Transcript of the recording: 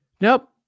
nope